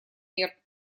мер